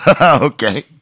Okay